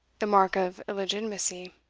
the mark of illegitimacy,